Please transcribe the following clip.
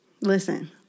Listen